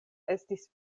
estis